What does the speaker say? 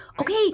Okay